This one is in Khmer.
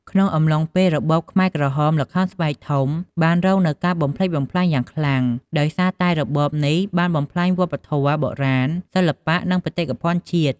ក្នុងអំឡុងរបបខ្មែរក្រហម ល្ខោនស្បែកធំបានរងនូវការបំផ្លិចបំផ្លាញយ៉ាងខ្លាំង ដោយសារតែរបបនេះបានបំផ្លាញវប្បធម៌បុរាណ សិល្បៈ និងបេតិកភណ្ឌជាតិ។